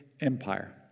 empire